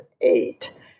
eight